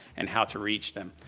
and how to reach them.